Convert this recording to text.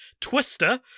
Twister